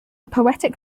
poetic